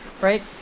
right